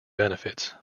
benefits